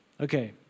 Okay